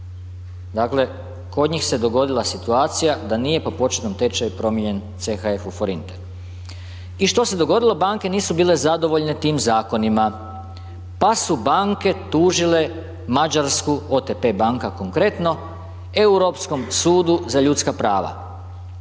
Dakle, kod njih se dogodila situacija da nije po početnom tečaju promijenjen CHF u forinte. I što se dogodilo, banke nisu bile zadovoljne tim zakonima, pa su banke tužile Mađarsku OTP banka konkretno Europskom sudu za ljudska prava.